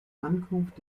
ankunft